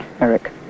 Eric